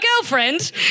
girlfriend